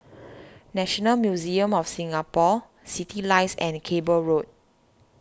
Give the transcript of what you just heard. National Museum of Singapore Citylights and Cable Road